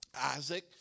Isaac